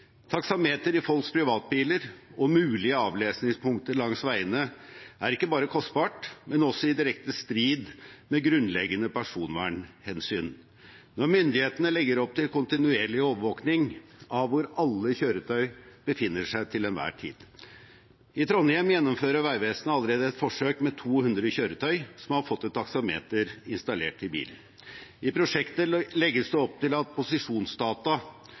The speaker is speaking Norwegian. Taksameter i folks privatbiler og mulige avlesningspunkter langs veiene er ikke bare kostbart, det er også i direkte strid med grunnleggende personvernhensyn når myndighetene legger opp til kontinuerlig overvåkning av hvor alle kjøretøy befinner seg til enhver tid. I Trondheim gjennomfører Vegvesenet allerede et forsøk med 200 kjøretøy som har fått et taksameter installert i bilen. I prosjektet legges det opp til at posisjonsdata